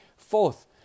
Fourth